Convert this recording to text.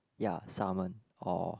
ya salmon or